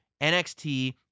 NXT